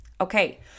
Okay